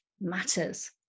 matters